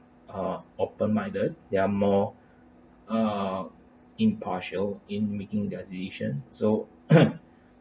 uh open minded they're more ah impartial in making their decision so